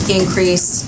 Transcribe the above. increase